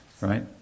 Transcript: right